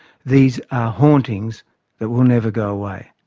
these are hauntings that will never go away.